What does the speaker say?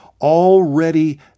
already